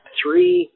three